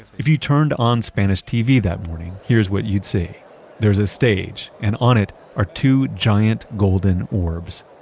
if you turned on spanish tv that morning, here's what you'd see there's a stage, and on it are two giant golden orbs.